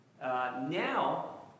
now